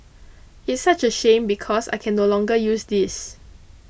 it's such a shame because I can no longer use this